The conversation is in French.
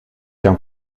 qu’un